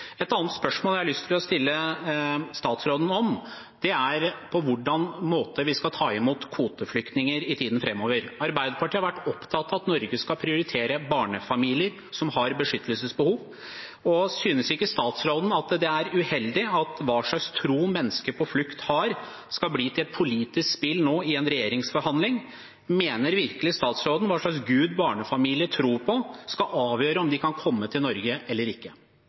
Et annet spørsmål jeg har lyst til å stille statsråden, er på hvilken måte vi skal ta imot kvoteflyktninger i tiden framover. Arbeiderpartiet har vært opptatt av at Norge skal prioritere barnefamilier som har beskyttelsesbehov. Synes ikke statsråden det er uheldig at hva slags tro mennesker på flukt har, skal bli til et politisk spill i en regjeringsforhandling? Mener virkelig statsråden at hva slags gud barnefamilier tror på, skal avgjøre om de kan komme til Norge eller ikke?